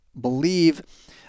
believe